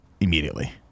immediately